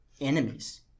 enemies